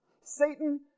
Satan